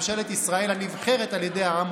ממשלת ישראל הנבחרת על ידי העם,